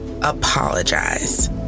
apologize